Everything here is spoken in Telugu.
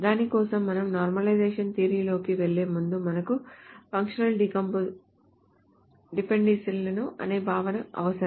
దాని కోసం మనం నార్మలైజేషన్ థియరీ లోకి వెళ్లే ముందు మనకు ఫంక్షనల్ డిపెండెన్సీలు అనే భావన అవసరం